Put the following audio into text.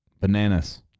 Bananas